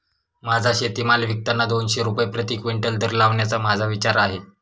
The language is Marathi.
माझा शेतीमाल विकताना दोनशे रुपये प्रति क्विंटल दर लावण्याचा माझा विचार आहे